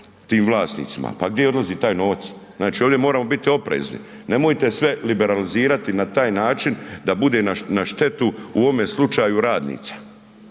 tim vlasnicima, pa gdje odlazi taj novac. Znači ovdje moramo biti oprezni, nemojte sve liberalizirati na taj način da bude na štetu, u ovome slučaju radnica